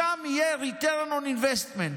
משם יהיה return on investment.